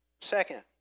second